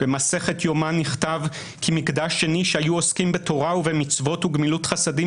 במסכת יומא נכתב כי "מקדש שני שהיו עוסקים בתורה ובמצוות וגמילות חסדים,